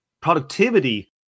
productivity